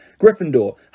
Gryffindor